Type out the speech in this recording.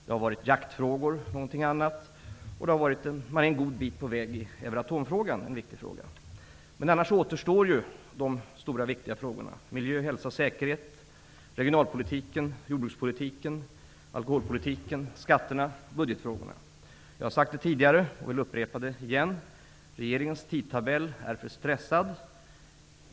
Det har gällt bl.a. jaktfrågor, och nu är man en god bit på väg i Euratomfrågan som är en viktig fråga. Annars återstår de stora och viktiga frågorna: miljö, hälsa, säkerhet, regionalpolitik, jordbrukspolitik, alkoholpolitik, skatter och budgetfrågor. Jag har sagt det tidigare men vill upprepa det igen, nämligen att regeringens tidtabell är för stressad.